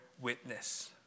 witness